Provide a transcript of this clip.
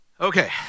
Okay